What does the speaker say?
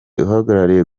uhagarariye